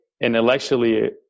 intellectually